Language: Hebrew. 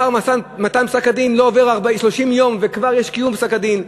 לאחר מתן פסק-הדין לא עוברים 30 יום וכבר יש קיום פסק-הדין.